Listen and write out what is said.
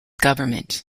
government